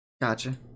Gotcha